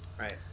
Right